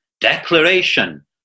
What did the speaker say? declaration